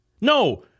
No